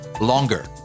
longer